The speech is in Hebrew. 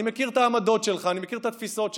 אני מכיר את העמדות שלך, אני מכיר את התפיסות שלך.